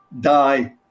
die